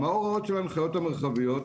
מה ההוראות של ההנחיות המרחביות.